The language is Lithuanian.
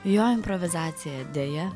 jo improvizacija deja